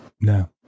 No